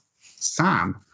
Sam